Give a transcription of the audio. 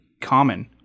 common